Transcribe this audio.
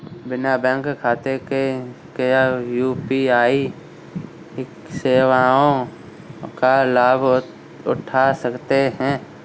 बिना बैंक खाते के क्या यू.पी.आई सेवाओं का लाभ उठा सकते हैं?